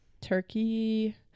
turkey